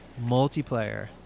multiplayer